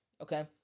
Okay